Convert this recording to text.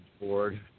board